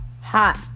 Hot